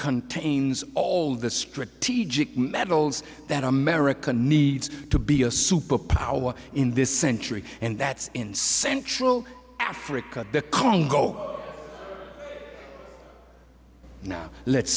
contains all the strategic metals that america needs to be a superpower in this century and that's in central africa the congo now let's